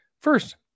First